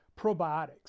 Probiotics